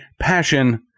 passion